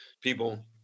people